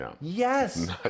yes